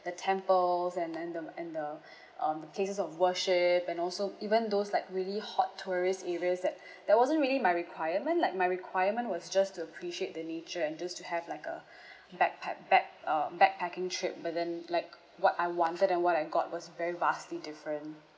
the temples and then the and the um the places of worship and also even those like really hot tourist areas that that wasn't really my requirement like my requirement was just to appreciate the nature and just to have like a backpa~ back~ um backpacking trip but then like what I wanted and what I got was very vastly different